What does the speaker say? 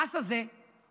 המס הזה עולה